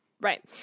Right